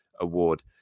Award